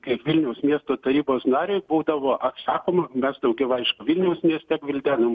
kaip vilniaus miesto tarybos nariui būdavo atsakoma mes daugiau aišku vilniaus mieste gvildenom